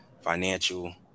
financial